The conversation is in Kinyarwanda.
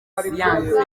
siyansi